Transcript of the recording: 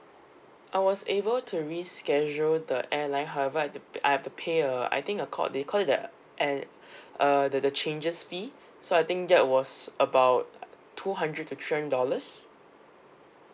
I was able to reschedule the airline however I have to I have to pay a I think a call they called it that an uh the the changes fee so I think that was about two hundred to three hundred dollars